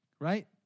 right